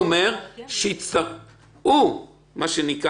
דגימת שיער או דגימת דם מזערית,